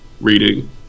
Reading